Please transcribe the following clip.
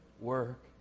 work